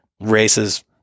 races